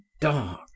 dark